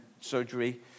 surgery